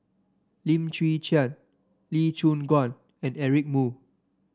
Lim Chwee Chian Lee Choon Guan and Eric Moo